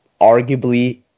arguably